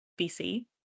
BC